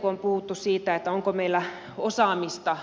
kun on puhuttu siitä onko meillä osaamista